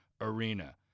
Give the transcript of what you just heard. Arena